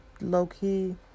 low-key